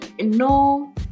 no